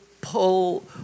Pull